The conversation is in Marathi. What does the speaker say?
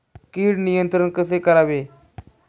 कीड नियंत्रण कसे करावे?